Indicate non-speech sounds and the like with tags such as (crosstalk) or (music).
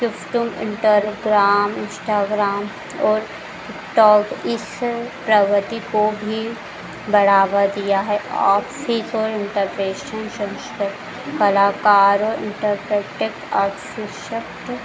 YouTube इंटरग्राम Instagram और (unintelligible) को भी बढ़ावा दिया है आपसी जो इंटरप्रेषन संस्कृत कलाकारों इंटरप्रेट और शिक्षक